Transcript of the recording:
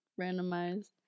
randomized